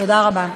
תודה רבה.